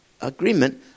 agreement